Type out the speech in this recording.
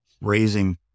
raising